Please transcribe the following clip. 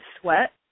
sweat